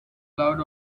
loud